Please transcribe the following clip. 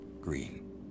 Green